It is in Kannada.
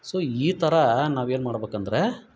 ಸೊ ಈ ಥರ ನಾವೇನು ಮಾಡ್ಬೇಕು ಅಂದ್ರಾ